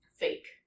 fake